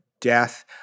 death